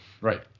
Right